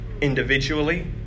individually